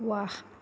ৱাহ